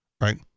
right